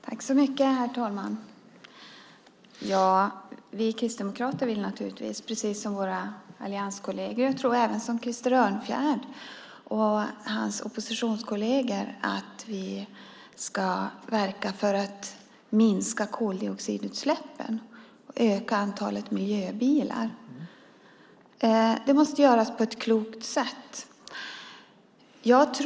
Herr talman! Naturligtvis vill vi kristdemokrater precis som våra allianskolleger och, tror jag, Krister Örnfjäder och hans oppositionskolleger verka för minskade koldioxidutsläpp och för ett ökat antal miljöbilar. Det måste göras på ett klokt sätt.